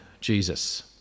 Jesus